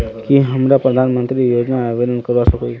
की हमरा प्रधानमंत्री योजना आवेदन करवा सकोही?